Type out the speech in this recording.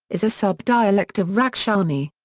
is a sub dialect of rakshani.